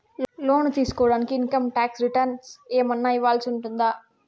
లోను తీసుకోడానికి income tax returns ఏమన్నా ఇవ్వాల్సి ఉంటుందా